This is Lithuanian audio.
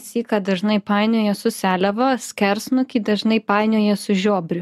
syką dažnai painioja su seliava skers nukį dažnai painioja su žiobriu